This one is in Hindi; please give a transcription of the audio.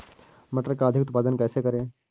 मटर का अधिक उत्पादन कैसे करें?